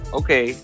okay